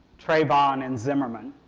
trayvon and zimmerman,